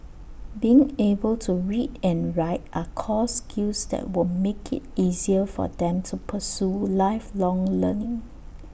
being able to read and write are core skills that will make IT easier for them to pursue lifelong learning